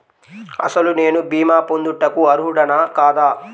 అసలు నేను భీమా పొందుటకు అర్హుడన కాదా?